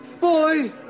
boy